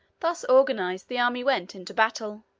thus organized, the army went into battle.